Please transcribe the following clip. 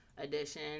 edition